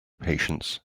patience